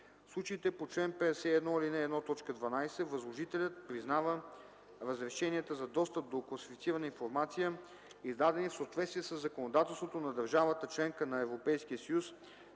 случаите по чл. 51, ал. 1, т. 12 възложителят признава разрешенията за достъп до класифицирана информация, издадени в съответствие със законодателството на държавата – членка на Европейския съюз,